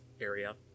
area